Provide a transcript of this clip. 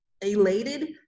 elated